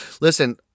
Listen